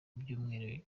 ibyumweru